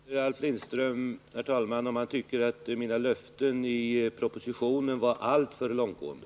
Herr talman! Jag måste fråga Ralf Lindström om han tycker att mina löften i propositionen var alltför långtgående.